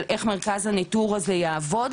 של איך מרכז הניטור הזה יעבוד,